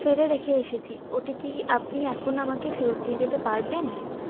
ফেলে রেখে এসেছি ওটি কি আপনি এখন আমাকে ফেরত দিয়ে যেতে পারবেন